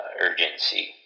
urgency